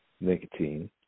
nicotine